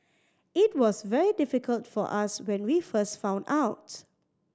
it was very difficult for us when we first found out